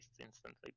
instantly